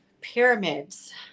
pyramids